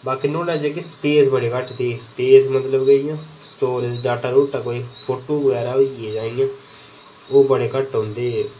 बाकी नुहाड़ै जेह्की स्पेस बड़ी घट्ट थी स्पेस मतलब इं'या डाटा कोई फोटो बगैरा होइये इं'या ओह् बड़े घट्ट औंदे हे